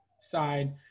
side